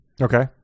Okay